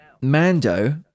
Mando